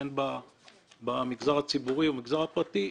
בין במגזר הציבורי ובין במגזר הפרטי,